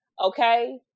Okay